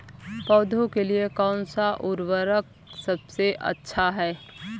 पौधों के लिए कौन सा उर्वरक सबसे अच्छा है?